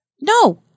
No